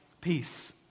peace